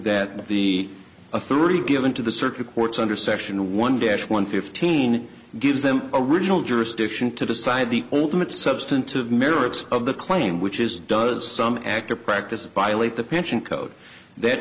be a three given to the circuit courts under section one dash one fifteen gives them original jurisdiction to decide the old image substantive merits of the claim which is does some act or practice violate the pension code that